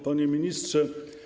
Panie Ministrze!